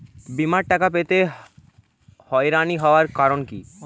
বিমার টাকা পেতে হয়রানি হওয়ার কারণ কি?